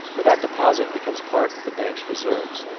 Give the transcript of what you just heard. for that deposit becomes part of the bank's reserves.